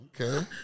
Okay